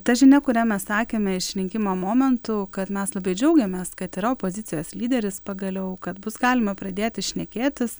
ta žinia kurią mes sakėme išrinkimo momentu kad mes labai džiaugiamės kad yra opozicijos lyderis pagaliau kad bus galima pradėti šnekėtis